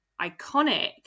iconic